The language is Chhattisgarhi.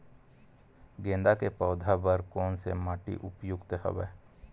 गेंदा के पौधा बर कोन से माटी उपयुक्त हवय?